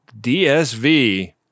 DSV